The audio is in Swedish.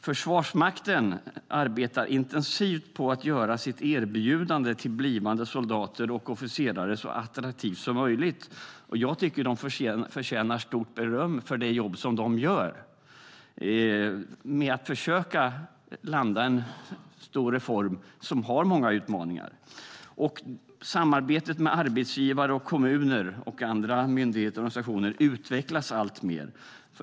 Försvarsmakten arbetar intensivt på att göra sitt erbjudande till blivande soldater och officerare så attraktivt som möjligt, och jag tycker att de förtjänar stort beröm för det jobb som de gör med att försöka landa en stor reform som har många utmaningar. Samarbetet med arbetsgivare, kommuner, myndigheter och organisationer utvecklas alltmer.